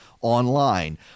online